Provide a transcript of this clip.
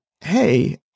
Hey